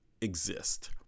exist